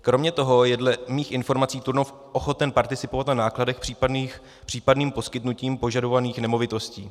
Kromě toho je dle mých informací Turnov ochoten participovat na nákladech případným poskytnutím požadovaných nemovitostí.